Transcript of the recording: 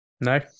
No